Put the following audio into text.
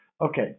Okay